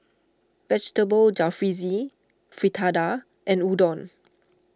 Vegetable Jalfrezi Fritada and Udon